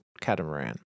Catamaran